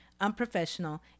unprofessional